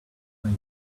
they